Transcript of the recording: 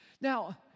Now